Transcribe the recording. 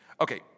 Okay